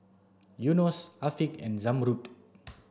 Yunos Afiq and Zamrud